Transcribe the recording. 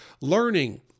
learning